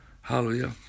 Hallelujah